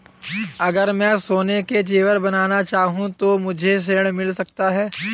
अगर मैं सोने के ज़ेवर बनाना चाहूं तो मुझे ऋण मिल सकता है?